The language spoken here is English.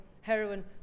heroin